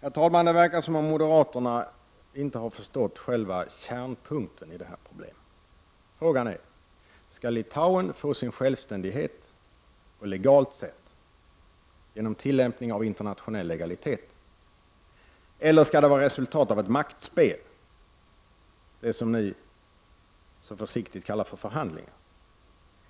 Herr talman! Det verkar som om moderaterna inte har förstått själva kärnpunkten i det här problemet. Frågan är om Litauen skall få sin självständighet på legalt sätt genom tillämpning av internationell legalitet eller som resultat av ett maktspel — det som moderaterna så försiktigt kallar förhandlingar.